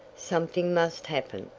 something must happen.